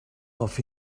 off